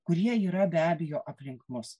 kurie yra be abejo aplink mus